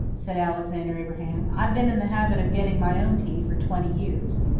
said alexander abraham. i've been in the habit of getting my own tea for twenty years.